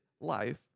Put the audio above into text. life